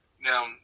Now